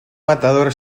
matador